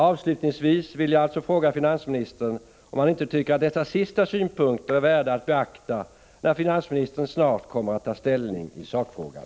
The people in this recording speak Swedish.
Avslutningsvis vill jag fråga finansministern om han inte tycker att dessa senast anförda synpunkter är värda att beakta när finansministern snart kommer att ta ställning i sakfrågan.